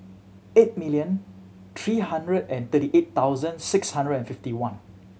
eight million three hundred and thirty eight thousand six hundred and fifty one